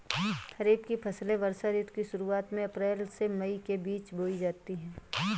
खरीफ की फसलें वर्षा ऋतु की शुरुआत में अप्रैल से मई के बीच बोई जाती हैं